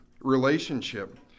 Relationship